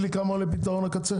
פתרון הקצה?